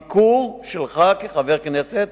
ביקור שלך כחבר הכנסת.